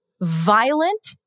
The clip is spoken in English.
violent